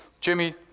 Jimmy